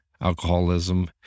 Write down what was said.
alcoholism